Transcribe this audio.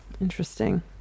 Interesting